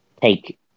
take